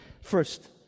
first